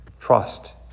trust